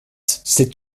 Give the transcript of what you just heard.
c’est